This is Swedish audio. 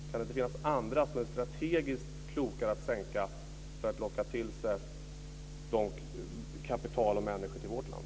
Kan det inte finnas andra som det är strategiskt klokare att sänka för att locka till sig kapital och människor till vårt land?